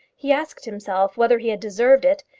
he asked himself whether he had deserved it,